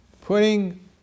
Putting